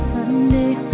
Sunday